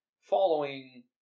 following